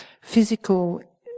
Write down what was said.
physical